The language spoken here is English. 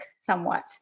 somewhat